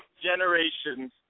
generations